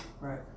right